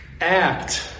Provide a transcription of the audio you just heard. act